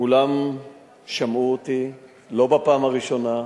כולם שמעו אותי, לא בפעם הראשונה,